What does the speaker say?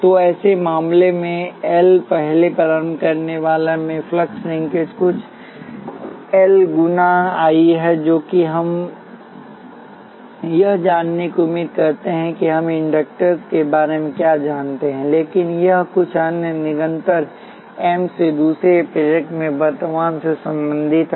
तो ऐसे मामले में एल पहले प्रारंभ करने वाला में फ्लक्स लिंकेज कुछ एल 1 गुना I 1 है जो कि हम यह जानने की उम्मीद करते हैं कि हम इंडक्टर्स के बारे में क्या जानते हैं लेकिन यह कुछ अन्य निरंतर एम से दूसरे प्रेरक में वर्तमान से संबंधित है